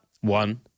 One